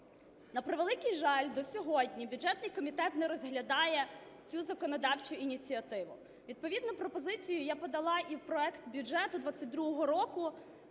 На превеликий жаль, до сьогодні бюджетний комітет не розглядає цю законодавчу ініціативу. Відповідну пропозицію я подала і в проект бюджету 2022 року,